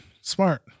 smart